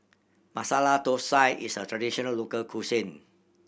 Masala Thosai is a traditional local cuisine